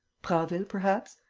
prasville, perhaps?